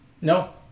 No